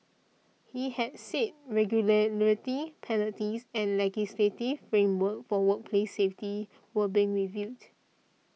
he had said regularity penalties and legislative framework for workplace safety were being reviewed